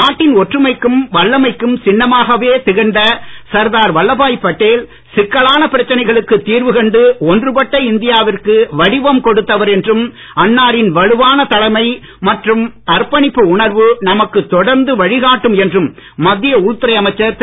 நாட்டின் ஒற்றுமைக்கும் வல்லமைக்கும் சின்னமாகவே திகழ்ந்த சர்தார் வல்லப்பாய் படேல் சிக்கலான பிரச்சனைகளுக்குத் தீர்வு கண்டு ஒன்றுபட்ட இந்தியாவிற்கு வடிவம் கொடுத்தவர் என்றும் அன்னாரின் வலுவான தலைமை மற்றும் அர்ப்பணிப்பு உணர்வு நமக்குத் தொடர்ந்து வழிகாட்டும் என்றும் மத்திய உள்துறை அமைச்சர் திரு